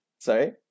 Sorry